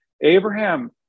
Abraham